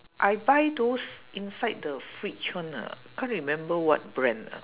I buy those inside the fridge one lah can't remember what brand ah